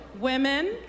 Women